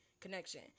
connection